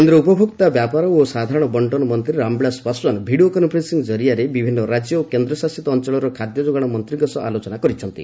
କେନ୍ଦ୍ର ଉପଭୋକ୍ତା ବ୍ୟାପାର ଓ ସାଧାରଣ ବଣ୍ଟନ ମନ୍ତ୍ରୀ ରାମବିଳାସ ପାଶ୍ୱାନ ଭିଡ଼ିଓ କନ୍ଫରେନ୍ସିଂ ଜରିଆରେ ବିଭିନ୍ନ ରାଜ୍ୟ ଓ କେନ୍ଦ୍ରଶାସିତ ଅଞ୍ଚଳର ଖାଦ୍ୟ ଯୋଗାଣ ମନ୍ତ୍ରୀଙ୍କ ସହ ଆଲୋଚନା କରିଛନ୍ତି